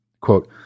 Quote